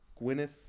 Gwyneth